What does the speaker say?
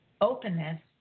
openness